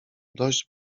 dość